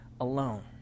alone